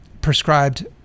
prescribed